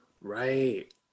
Right